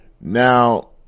Now